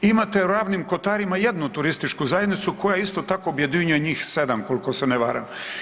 Imate u Ravnim kotarima jednu turističku zajednicu koja isto tako objedinjuje njih 7 koliko se ne varam.